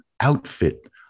outfit